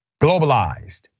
globalized